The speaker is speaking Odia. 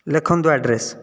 ଲେଖନ୍ତୁ ଆଡ଼୍ରେସ